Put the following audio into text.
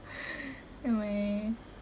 anyway